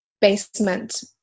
basement